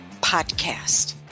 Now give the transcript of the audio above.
podcast